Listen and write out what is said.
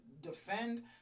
defend